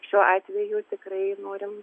šiuo atveju tikrai norim